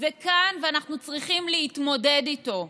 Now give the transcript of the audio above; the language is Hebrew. זה כאן, ואנחנו צריכים להתמודד איתו.